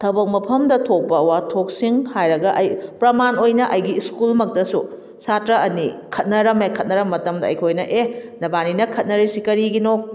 ꯊꯕꯛ ꯃꯐꯝꯗ ꯊꯣꯛꯄ ꯋꯥꯊꯣꯛꯁꯤꯡ ꯍꯥꯏꯔꯒ ꯑꯩ ꯄ꯭ꯔꯃꯥꯟ ꯑꯣꯏꯅ ꯑꯩꯒꯤ ꯁ꯭ꯀꯨꯜꯃꯛꯇꯁꯨ ꯁꯥꯇ꯭ꯔ ꯑꯅꯤ ꯈꯠꯅꯔꯝꯃꯦ ꯈꯠꯅꯔꯝꯕ ꯃꯇꯝꯗ ꯑꯩꯈꯣꯏꯅ ꯑꯦ ꯅꯕꯥꯅꯤꯅ ꯈꯠꯅꯔꯤꯁꯤ ꯀꯔꯤꯒꯤꯅꯣ